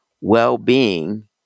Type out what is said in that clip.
well-being